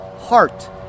heart